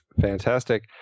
Fantastic